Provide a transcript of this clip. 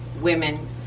women